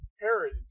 Herod